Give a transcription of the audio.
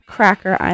Cracker